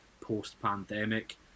post-pandemic